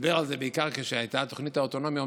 ודיבר על זה בעיקר כשהייתה תוכנית האוטונומיה,